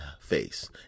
face